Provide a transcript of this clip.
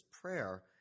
prayer